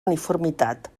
uniformitat